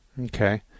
Okay